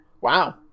Wow